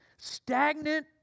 stagnant